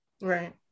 Right